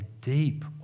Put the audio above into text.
deep